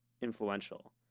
influential